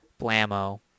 Blammo